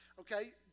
okay